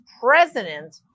president